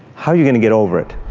how are you going to get over it?